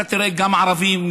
תראה גם ערבים,